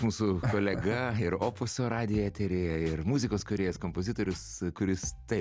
mūsų kolega ir opuso radijo eteryje ir muzikos kūrėjas kompozitorius kuris taip